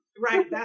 Right